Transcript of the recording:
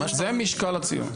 זה משקל הציון.